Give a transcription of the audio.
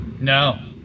No